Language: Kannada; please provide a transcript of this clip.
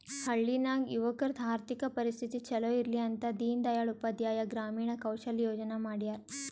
ಹಳ್ಳಿ ನಾಗ್ ಯುವಕರದು ಆರ್ಥಿಕ ಪರಿಸ್ಥಿತಿ ಛಲೋ ಇರ್ಲಿ ಅಂತ ದೀನ್ ದಯಾಳ್ ಉಪಾಧ್ಯಾಯ ಗ್ರಾಮೀಣ ಕೌಶಲ್ಯ ಯೋಜನಾ ಮಾಡ್ಯಾರ್